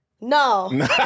No